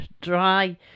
dry